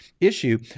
issue